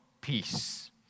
Peace